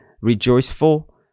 rejoiceful